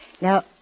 Now